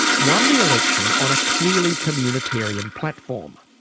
won the election on a clearly communitarian platform.